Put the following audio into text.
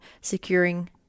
securing